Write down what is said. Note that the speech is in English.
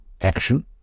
action